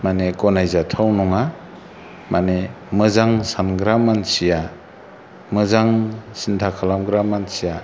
मानि गनायजाथाव नङा मानि मोजां सानग्रा मानसिया मोजां सिन्था खालामग्रा मानसिया